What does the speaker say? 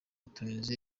tuniziya